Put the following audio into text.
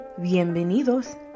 Bienvenidos